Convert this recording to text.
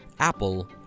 Apple